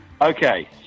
Okay